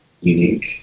unique